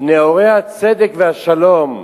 נאורי הצדק והשלום,